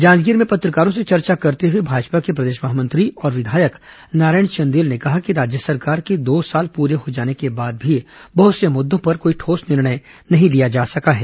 जांजगीर में पत्रकारों से चर्चा करते हुए भाजपा के प्रदेश महामंत्री और विधायक नारायण चंदेल ने कहा कि राज्य सरकार के दो साल पूरे हो जाने के बाद भी बहुत से मुद्दों पर कोई ठोस निर्णय नहीं लिया जा सका है